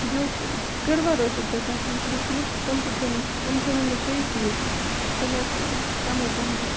بیٚیہِ اوس کٔروَر ٲسوٕ تۄہہِ تَتھ منٛز لیوٚکھمُت تِم تہِ تھٲیمو تِم تھٲیمو مےٚ شیٚے پیٖس تِم ٲسۍ کَمٕے پَہن